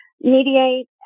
mediate